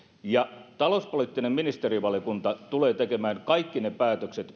ja talouspoliittinen ministerivaliokunta tulee tekemään kaikki ne päätökset